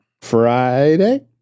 Friday